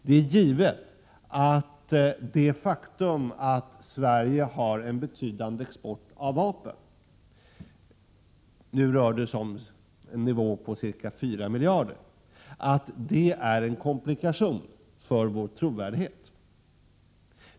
Det är givet att det faktum att Sverige har en betydande export av vapen — nu rör det sig om, värdemässigt sett, en nivå på 4 miljarder kronor — är en komplikation för vår trovärdighet.